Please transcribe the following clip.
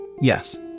Yes